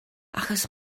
achos